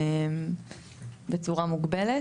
בצורה מוגבלת.